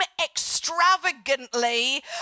extravagantly